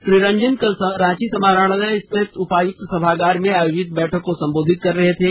श्रीरंजन कल रांची समाहरणालय स्थित उपायुक्त सभागार में आयोजित बैठक को संबोधित कर रहे थे